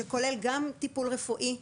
שכולל גם טיפול רפואי,